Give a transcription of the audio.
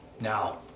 Now